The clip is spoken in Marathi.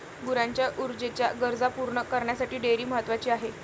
गुरांच्या ऊर्जेच्या गरजा पूर्ण करण्यासाठी डेअरी महत्वाची आहे